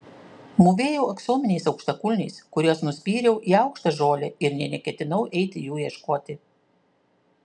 mūvėjau aksominiais aukštakulniais kuriuos nuspyriau į aukštą žolę ir nė neketinau eiti jų ieškoti